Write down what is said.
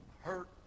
hurt